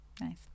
Nice